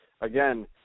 Again